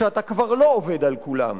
שאתה כבר לא עובד על כולם.